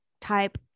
type